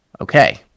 Okay